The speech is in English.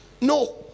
No